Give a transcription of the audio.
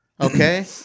Okay